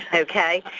ah okay.